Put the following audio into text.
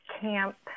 camp